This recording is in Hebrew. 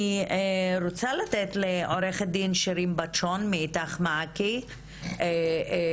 אני רוצה לתת לעורכת דין שירין בטשון מאית"ך מעכי להתייחס.